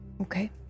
Okay